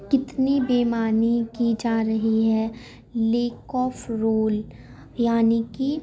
کتنی بے ایمانی کی جا رہی ہے لیک آف رول یعنی کہ